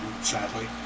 sadly